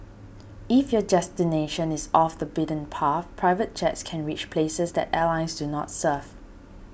if your destination is off the beaten path private jets can reach places that airlines do not serve